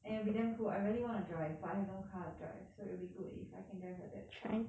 and it will be damn cool I really wanna drive but I have no car to drive so it'll be good if I can drive your dad's car